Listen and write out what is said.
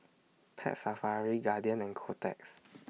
Pet Safari Guardian and Kotex